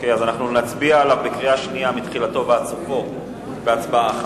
אנחנו נצביע בקריאה שנייה מתחילתו ועד סופו בהצבעה אחת.